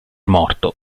morto